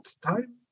time